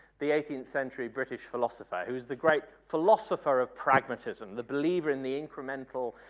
the eighteenth century british philosopher, who was the great philosopher of pragmatism. the believer in the incremental